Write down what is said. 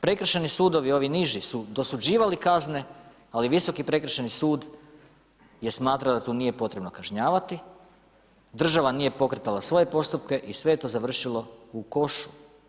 Prekršajni sudovi, ovi niži su dosuđivali kazne ali Visoki prekršajni sud je smatrao da tu nije potrebno kažnjavati, država nije pokretala svoje postupke i sve je to završilo u košu.